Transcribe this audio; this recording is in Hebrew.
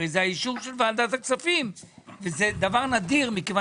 הרי זה האישור של ועדת הכספים וזה דבר נדיר מכיוון